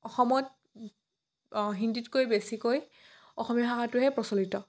অসমত হিন্দীতকৈ বেছিকৈ অসমীয়া ভাষাটোহে প্ৰচলিত